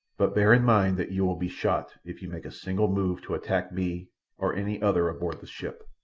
but bear in mind that you will be shot if you make a single move to attack me or any other aboard the ship.